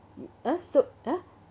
!huh! so !huh!